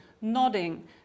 nodding